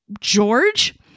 George